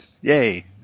yay